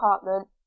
apartment